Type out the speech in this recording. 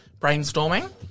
brainstorming